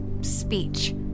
speech